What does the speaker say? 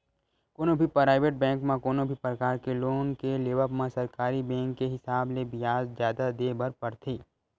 कोनो भी private bank म कोनो भी परकार के लोन के लेवब म सरकारी बेंक के हिसाब ले बियाज जादा देय बर परथे